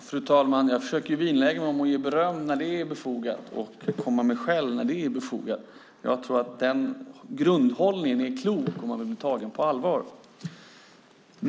Fru talman! Jag försöker vinnlägga mig om att ge beröm när det är befogat och komma med skäll när det är befogat. Jag tror att den grundhållningen är klok om man vill bli tagen på allvar.